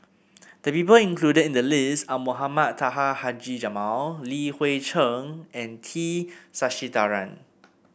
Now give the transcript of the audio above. the people included in the list are Mohamed Taha Haji Jamil Li Hui Cheng and T Sasitharan